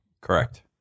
Correct